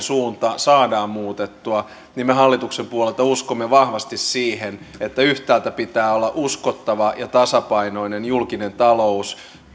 suunta saadaan muutettua niin me hallituksen puolelta uskomme vahvasti siihen että yhtäältä pitää olla uskottava ja tasapainoinen julkinen talous